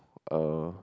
eh